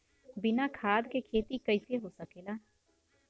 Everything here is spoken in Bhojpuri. बिना खाद के खेती कइसे हो सकेला?